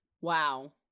Wow